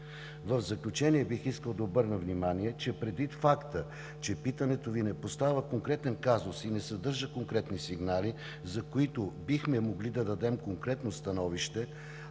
В заключение – предвид факта, че питането Ви не поставя конкретен казус и не съдържа конкретни сигнали, за които бихме могли да дадем конкретно становище,